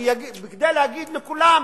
כדי להגיד לכולם: